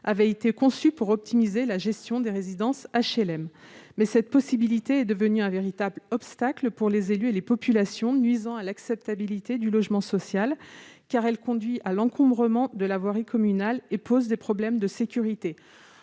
PLU. Destinée à optimiser la gestion des résidences d'HLM, cette dissociation est devenue un véritable obstacle pour les élus et les populations. Elle nuit à l'acceptabilité du logement social, car elle conduit à l'encombrement de la voirie communale et pose des problèmes de sécurité.